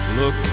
look